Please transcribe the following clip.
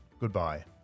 Goodbye